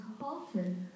halted